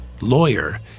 Lawyer